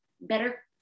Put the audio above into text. better